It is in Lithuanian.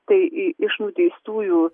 tai iš nuteistųjų